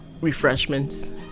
refreshments